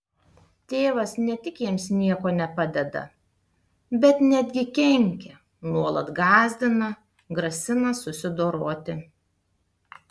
tėvas ne tik jiems niekuo nepadeda bet netgi kenkia nuolat gąsdina grasina susidoroti